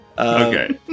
Okay